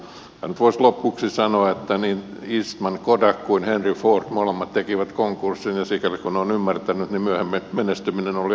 nyt voisi lopuksi sanoa että niin kodakin eastman kuin henry ford molemmat tekivät konkurssin ja sikäli kuin olen ymmärtänyt myöhemmin menestyminen oli aika mahtavaa